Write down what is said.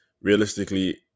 Realistically